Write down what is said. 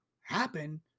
happen